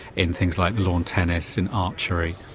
in things like lawn tennis, in archery.